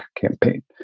campaign